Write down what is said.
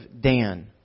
Dan